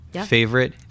Favorite